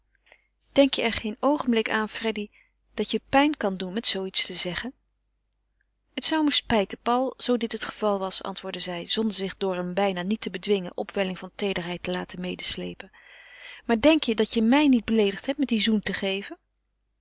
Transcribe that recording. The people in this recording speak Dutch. denk je er geen oogenblik aan freddy dat je pijn kan doen met zoo iets te zeggen het zou me spijten paul zoo dit het geval was antwoordde zij zonder zich door eene bijna niet te bedwingen opwelling van teederheid te laten medesleepen maar denk je dat je mij niet beleedigd hebt met me dien zoen te geven